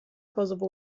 kosovo